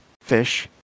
fish